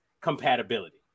compatibility